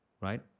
right